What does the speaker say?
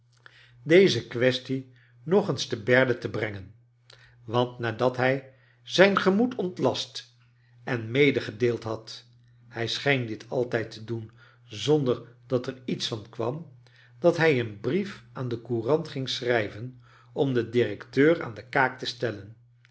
deze quaestie nog eens te berde te brengen want nadat hij zijn gemoed ontlast en medegedeeld had hij scheen dit altijd te doen zonder dat er iets van kwam dat hij een brief aan de courant ging schrijven om den directeur aan de kaak te stellen